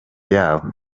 yabo